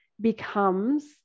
becomes